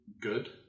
good